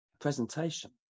presentation